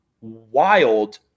wild